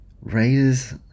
Raiders